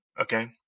Okay